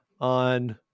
on